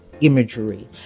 imagery